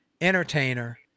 entertainer